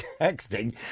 texting